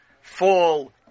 fall